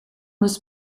was